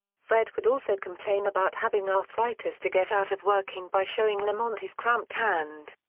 fred would also complain about having arthritis to get out of working by showing lamont his cramped hand.